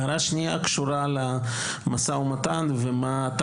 הערה שנייה לגבי המשא ומתן ומה אתה